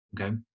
okay